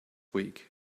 week